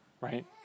right